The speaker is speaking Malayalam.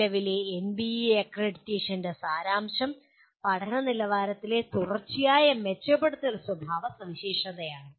നിലവിലെ എൻബിഎ അക്രഡിറ്റേഷന്റെ സാരാംശം പഠന നിലവാരത്തിലെ തുടർച്ചയായ മെച്ചപ്പെടുത്തൽ സ്വഭാവ സവിശേഷതയാണ്